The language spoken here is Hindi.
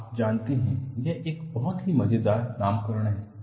आप जानते है यह एक बहुत ही मजेदार नामकरण है